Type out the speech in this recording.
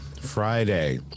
Friday